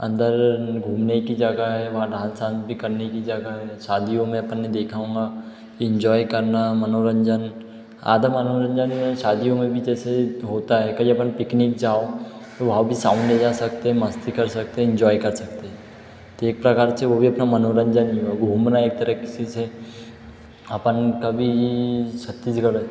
अंदर घूमने की जगह है वहाँ डांस आंस भी करने की जगह है शादियों में अपन ने देखा होगा इन्जॉय करना मनोरंजन आधा मनोरंजन शादियों में भी जैसे होता है कहीं अपन पिकनिक जाओ तो वहाँ भी साउंड ले जा सकते हैं मस्ती कर सकते हैं इन्जॉय कर सकते हैं तो एक प्रकार से वाे भी अपना मनोरंजन ही हुआ घूमना एक तरह किसी से अपन कभी छत्तीसगढ़ है